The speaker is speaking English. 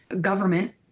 government